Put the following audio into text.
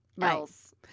else